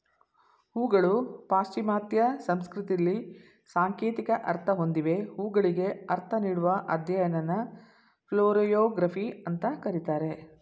ಹೂಗಳು ಪಾಶ್ಚಿಮಾತ್ಯ ಸಂಸ್ಕೃತಿಲಿ ಸಾಂಕೇತಿಕ ಅರ್ಥ ಹೊಂದಿವೆ ಹೂಗಳಿಗೆ ಅರ್ಥ ನೀಡುವ ಅಧ್ಯಯನನ ಫ್ಲೋರಿಯೊಗ್ರಫಿ ಅಂತ ಕರೀತಾರೆ